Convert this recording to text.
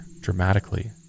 dramatically